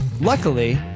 Luckily